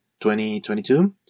2022